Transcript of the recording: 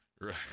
Right